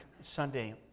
Sunday